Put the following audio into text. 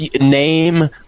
name